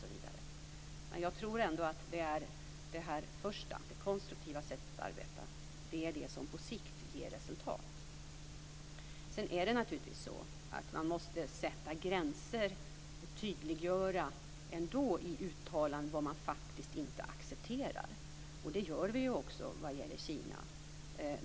Jag tror att det är det konstruktiva sättet att arbeta som på sikt ger resultat. Man måste naturligtvis sätta gränser och tydliggöra i uttalanden vad man inte accepterar, och det gör vi också vad gäller Kina.